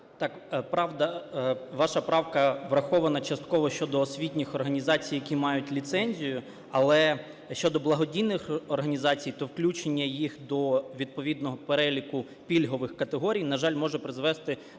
Так, правда, ваша правка врахована частково щодо освітніх організацій, які мають ліцензію. Але щодо благодійних організацій, то включення їх до відповідного переліку пільгових категорій, на жаль, може призвести